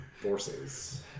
Forces